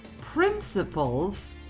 Principles